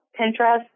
Pinterest